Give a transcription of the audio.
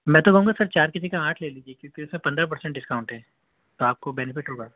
میں تو کہوں گا سر چار کی جگہ آٹھ لے لیجیے کیونکہ اِس میں پندرہ پرسینٹ ڈسکاؤنٹ ہے تو آپ کو بینفٹ ہوگا